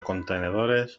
contenedores